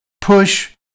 push